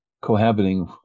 cohabiting